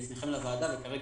האבטלה הזאת בקרב הישראלים,